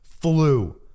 flu